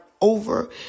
over